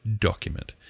document